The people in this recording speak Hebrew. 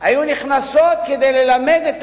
ונכנסות כדי ללמד את